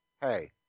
Hey